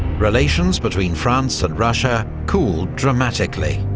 relations between france and russia cooled dramatically.